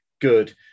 good